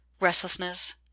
Restlessness